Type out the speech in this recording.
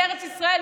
ארץ ישראל,